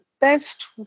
best